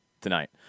tonight